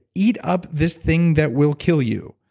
eat up this thing that will kill you'?